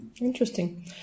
Interesting